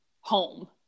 home